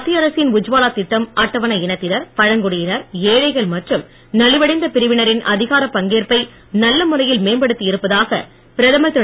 மத்திய அரசின் உத்வாலா திட்டம் அட்டவணை இனத்தினர் பழங்குடியினர் ஏழைகள் மற்றும் நலிவடைந்த பிரிவினரின் அதிகாரப் பங்கேற்பை நல்ல முறையில் மேம்படுத்தியிருப்பதாக பிரதமர் திரு